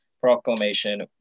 proclamation